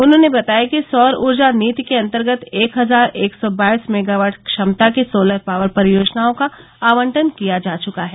उन्होंने बताया कि सौर ऊर्जा नीति के अन्तर्गत एक हजार एक सौ बाईस मेगावाट क्षमता की सोलर पावर परियोजनाओं का आंवटन किया जा चुका हैं